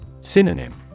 Synonym